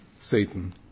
Satan